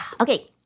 Okay